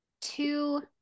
two